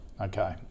Okay